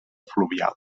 fluvial